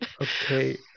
Okay